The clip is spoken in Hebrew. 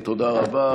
תודה רבה.